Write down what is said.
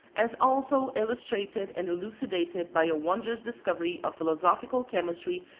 as also illustrated and elucidated by a wondrous discovery of philosophical chemistry,